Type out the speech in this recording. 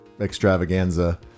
extravaganza